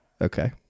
Okay